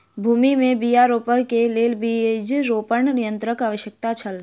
भूमि में बीया रोपअ के लेल बीज रोपण यन्त्रक आवश्यकता छल